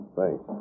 Thanks